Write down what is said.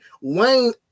Wayne